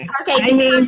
okay